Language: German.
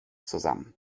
zusammen